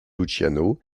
luciano